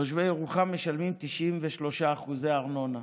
תושבי ירוחם משלמים 93% ארנונה,